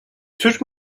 türk